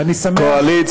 ואני שמח, ומה קרה?